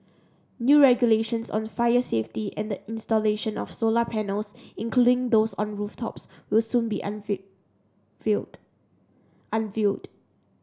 new regulations on fire safety and the installation of solar panels including those on rooftops will soon be unveiled